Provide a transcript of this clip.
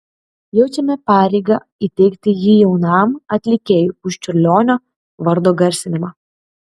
jaučiame pareigą įteikti jį jaunam atlikėjui už čiurlionio vardo garsinimą